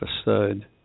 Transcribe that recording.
episode